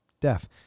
deaf